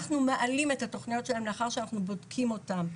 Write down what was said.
אנחנו מעלים את התוכניות שלהם לאחר שאנחנו בודקים אותם.